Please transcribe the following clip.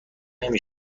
نمی